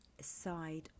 side